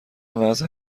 وضع